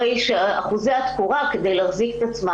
הרי שאחוזי התקורה כדי להחזיק את עצמה